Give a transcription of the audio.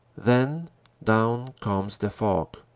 then down comes the fog,